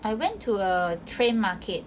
I went to a train market